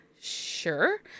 sure